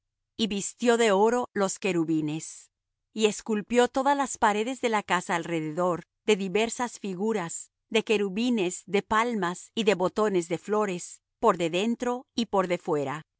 y vistió de oro los querubines y esculpió todas las paredes de la casa alrededor de diversas figuras de querubines de palmas y de botones de flores por de dentro y por de fuera